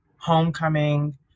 Homecoming